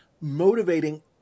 motivating